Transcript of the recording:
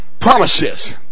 Promises